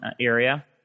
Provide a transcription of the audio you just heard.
area